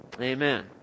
Amen